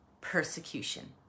persecution